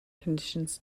conditions